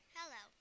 Hello